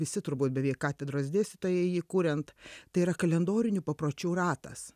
visi turbūt beveik katedros dėstytojai jį kuriant tai yra kalendorinių papročių ratas